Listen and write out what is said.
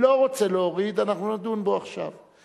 עברה בקריאה ראשונה ותועבר לוועדת העבודה,